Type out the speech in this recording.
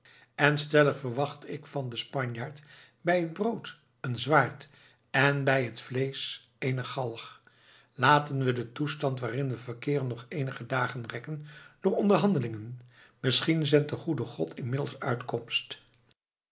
en stellig verwacht ik van den spanjaard bij het brood een zwaard en bij het vleesch eene galg laten we den toestand waarin we verkeeren nog eenige dagen rekken door onderhandelingen misschien zendt de goede god inmiddels uitkomst